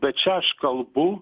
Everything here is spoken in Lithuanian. bet čia aš kalbu